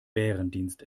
bärendienst